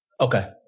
Okay